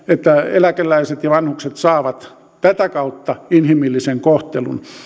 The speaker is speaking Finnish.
eläkeläiset ja vanhukset saavat tätä kautta inhimillisen kohtelun